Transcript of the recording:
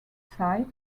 site